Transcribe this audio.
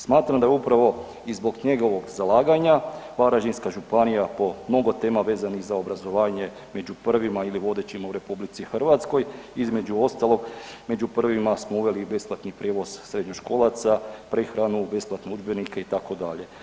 Smatram da je upravo i zbog njegovog zalaganja Varaždinska županija po mnogo tema vezanih za obrazovanje, među prvima ili vodećima u RH, između ostalog, među prvima smo uveli i besplatni prijevoz srednjoškolaca, prehranu, besplatne udžbenike, itd.